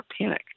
panic